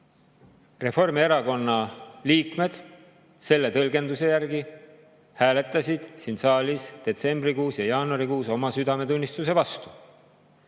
Reformierakonna liikmed selle tõlgenduse järgi hääletasid siin saalis detsembrikuus ja jaanuarikuus oma südametunnistuse vastu.